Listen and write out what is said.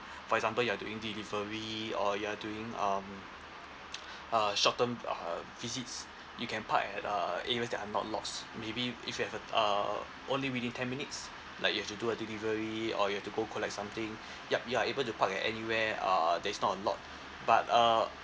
for example you are doing delivery or you are doing um uh short term uh visits you can park at uh areas that are not lots maybe if you have a uh only within ten minutes like you have to do a delivery or you have to go collect something yup you are able to park at anywhere uh that is not a lot but uh